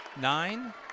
Nine